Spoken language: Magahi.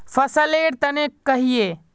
फसल लेर तने कहिए?